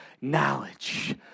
knowledge